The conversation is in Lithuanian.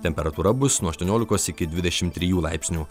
temperatūra bus nuo aštuoniolikos iki dvidešimt trijų laipsnių